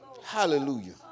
Hallelujah